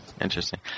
interesting